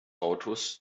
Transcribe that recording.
autos